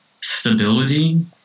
stability